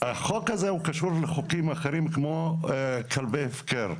החוק הזה הוא קשור לחוקים אחרים כמו כלבי הפקר.